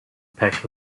packed